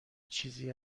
چیزی